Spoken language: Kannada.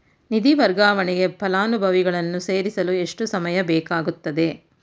ನಿಧಿ ವರ್ಗಾವಣೆಗೆ ಫಲಾನುಭವಿಗಳನ್ನು ಸೇರಿಸಲು ಎಷ್ಟು ಸಮಯ ಬೇಕಾಗುತ್ತದೆ?